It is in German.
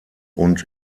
und